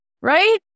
right